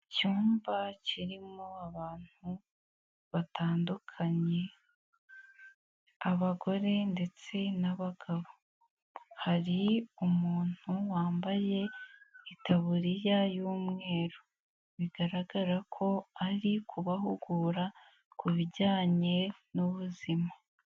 Icyumba kirimo abantu batandukanye, abagore ndetse n'abagabo. Hari umuntu wambaye itaburiya y'umweru, bigaragara ko ari kubahugura ku bijyanye n'ubuzima.